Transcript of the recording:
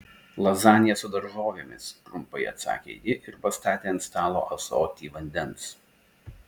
lazanija su daržovėmis trumpai atsakė ji ir pastatė ant stalo ąsotį vandens